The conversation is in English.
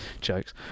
jokes